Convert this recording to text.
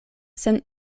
sen